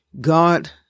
God